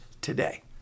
today